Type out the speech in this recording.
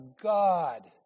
God